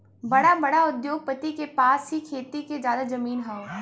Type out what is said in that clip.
बड़ा बड़ा उद्योगपति के पास ही खेती के जादा जमीन हौ